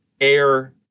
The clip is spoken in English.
Air